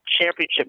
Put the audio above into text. championship